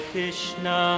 Krishna